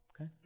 Okay